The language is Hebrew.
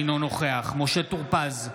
אינו נוכח משה טור פז,